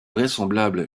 vraisemblable